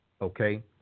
okay